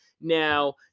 now